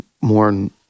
More